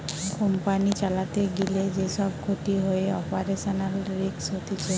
company চালাতে গিলে যে সব ক্ষতি হয়ে অপারেশনাল রিস্ক হতিছে